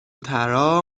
ترا